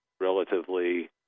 relatively